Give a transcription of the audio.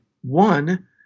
one